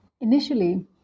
Initially